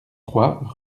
trois